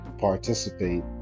participate